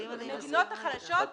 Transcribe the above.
והמדינות החלשות, והיא לא עושה את זה.